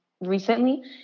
recently